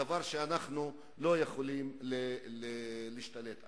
דבר שאנחנו לא יכולים להשתלט עליו.